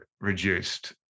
reduced